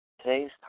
today's